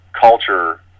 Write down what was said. culture